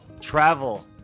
Travel